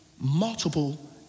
multiple